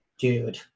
dude